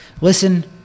Listen